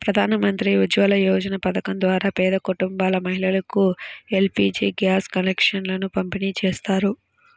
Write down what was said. ప్రధాన్ మంత్రి ఉజ్వల యోజన పథకం ద్వారా పేద కుటుంబాల మహిళలకు ఎల్.పీ.జీ గ్యాస్ కనెక్షన్లను పంపిణీ చేస్తారు